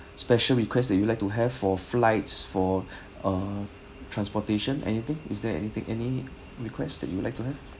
special requests that you'd like to have for flights for uh transportation anything is there anything any request that you would like to have